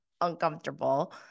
uncomfortable